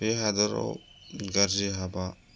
बे हादराव गारजि हाबा